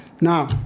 Now